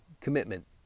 commitment